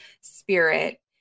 spirit